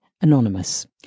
anonymous